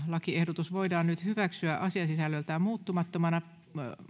lakiehdotus voidaan nyt hyväksyä asiasisällöltään muuttamattomana